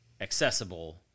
accessible